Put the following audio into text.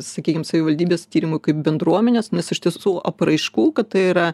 sakykim savivaldybės tyrimui kaip bendruomenės nes iš tiesų apraiškų kad tai yra